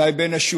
אולי בין השורות,